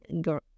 Girl